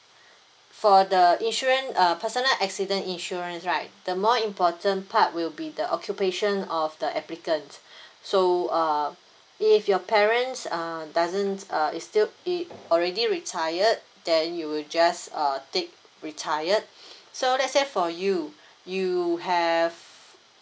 for the insurance uh personal accident insurance right the more important part will be the occupation of the applicant so uh if your parents uh doesn't uh is still it already retired then you will just uh take retired so let's say for you you have